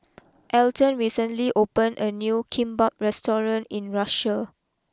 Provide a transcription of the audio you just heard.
Elton recently opened a new Kimbap restaurant in Russia